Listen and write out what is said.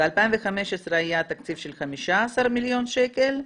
ב-2015 היה תקציב של 15 מיליון שקל,